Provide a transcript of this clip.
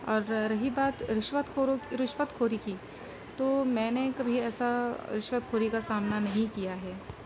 اور رہی بات رشوت خورو کی رشوت خوری کی تو میں نے کبھی ایسا رشوت خوری کا سامنا نہیں کیا ہے